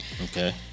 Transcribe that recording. Okay